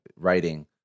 writing